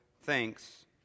Thanks